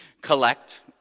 collect